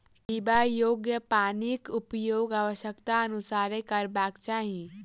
पीबा योग्य पानिक उपयोग आवश्यकताक अनुसारेँ करबाक चाही